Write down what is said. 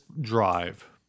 drive